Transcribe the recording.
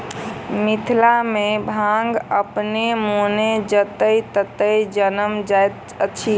मिथिला मे भांग अपने मोने जतय ततय जनैम जाइत अछि